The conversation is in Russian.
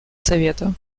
совета